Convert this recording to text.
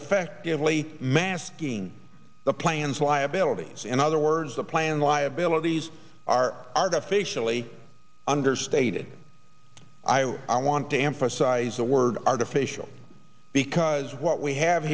really masking the plans liabilities in other words the plan liabilities are artificially understated i want to emphasize the word artificial because what we have